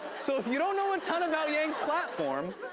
so, if you don't know a ton about yang's platform,